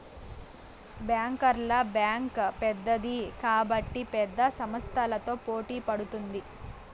బ్యాంకర్ల బ్యాంక్ పెద్దది కాబట్టి పెద్ద సంస్థలతో పోటీ పడుతుంది